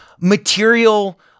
material